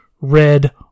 red